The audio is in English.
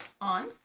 On